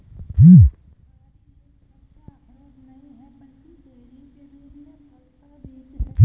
सुपारी एक सच्चा अखरोट नहीं है, बल्कि बेरी के रूप में फल का बीज है